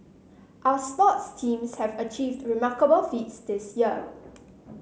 our sports teams have achieved remarkable feats this year